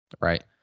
right